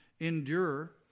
Endure